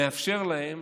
מאפשר להם